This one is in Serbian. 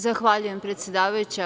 Zahvaljujem predsedavajuća.